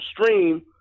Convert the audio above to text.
stream